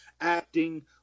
acting